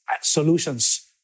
solutions